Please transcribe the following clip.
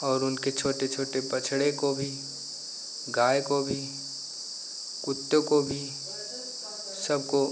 और उनके छोटे छोटे बछड़े को भी गाय को भी कुत्ते को भी सबको